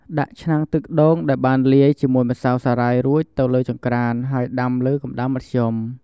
ដាក់ឆ្នាំងទឹកដូងដែលបានលាយជាមួយម្សៅសារាយរួចទៅលើចង្ក្រាន ហើយដាំលើកម្ដៅមធ្យម។